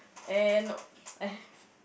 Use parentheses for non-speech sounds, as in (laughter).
and (noise)